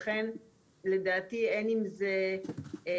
לכן לדעתי אין עם זה שאלה.